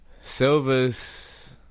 Silver's